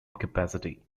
capacity